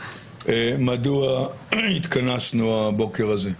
מדוע התכנסנו הבוקר הזה.